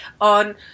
on